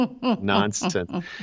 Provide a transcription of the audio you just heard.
nonsense